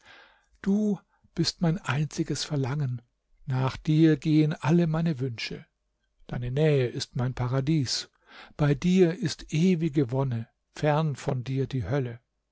du bist mein einziges verlangen nach dir gehen alle meine wünsche deine nähe ist mein paradies bei dir ist ewige wonne fern von dir die hölle